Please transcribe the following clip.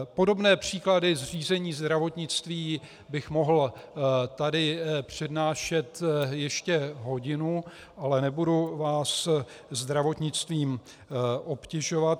Podobné příklady řízení zdravotnictví bych mohl tady přednášet ještě hodinu, ale nebudu vás zdravotnictvím obtěžovat.